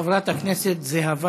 חברת הכנסת זהבה